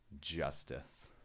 justice